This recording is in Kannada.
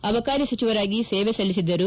ಅಬಕಾರಿ ಸಚಿವರಾಗಿ ಸೇವೆ ಸಲ್ತಿಸಿದ್ದರು